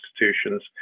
institutions